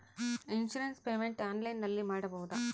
Insurance payment ಆನ್ಲೈನಿನಲ್ಲಿ ಮಾಡಬಹುದಾ?